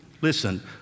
listen